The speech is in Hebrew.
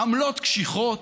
עמלות קשיחות,